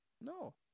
No